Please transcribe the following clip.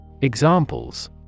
Examples